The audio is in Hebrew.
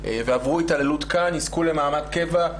ועברו התעללות כאן, יזכו למעמד קבע,